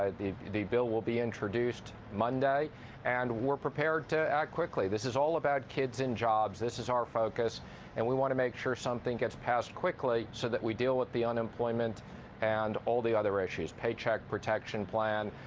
the the bill will be introduced monday and we are prepared to act quickly. this is all about kids and jobs. this is our focus and we want to make sure something gets passed quickly so that we deal with the unemployment at and all the other issues, paycheck protection plan,